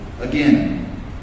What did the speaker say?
again